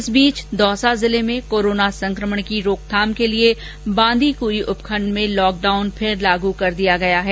इस बीच दौसा जिले में कोरोना संक्रमण की रोकथाम के लिए बांदीकई उपखण्ड में लॉकडाउन फिर लागू कर दिया गया है